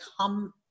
come